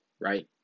Right